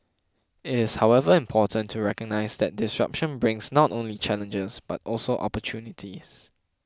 it is however important to recognise that disruption brings not only challenges but also opportunities